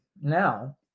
now